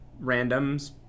randoms